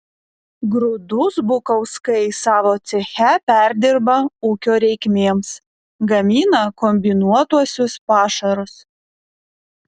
grūdus bukauskai savo ceche perdirba ūkio reikmėms gamina kombinuotuosius pašarus